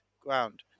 ground